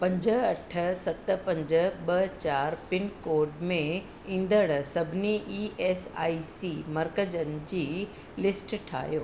पंज अठ सत पंज ॿ चारि पिनकोड में ईंदड़ु सभिनी ई एस आई सी मर्कज़नि जी लिस्ट ठाहियो